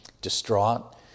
distraught